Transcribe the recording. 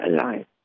alive